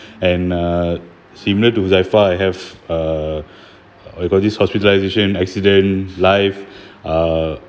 and uh similar to zaifal I have uh what you call this hospitalization accident life uh